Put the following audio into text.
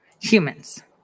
humans